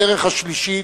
הדרך השלישית,